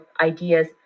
ideas